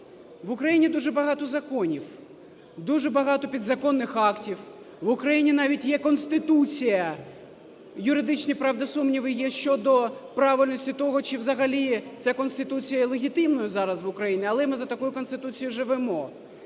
В Україні дуже багато законів, дуже багато підзаконних актів. В Україні навіть є Конституція, юридичні, правда, сумніви є щодо правильності того, чи взагалі ця Конституція є легітимною зараз в Україні, але ми за такою Конституцією живемо.